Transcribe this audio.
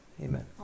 Amen